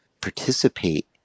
participate